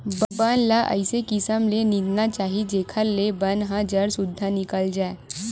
बन ल अइसे किसम ले निंदना चाही जेखर ले बन ह जर सुद्धा निकल जाए